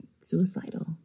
suicidal